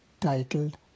titled